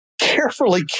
carefully